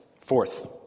Fourth